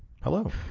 hello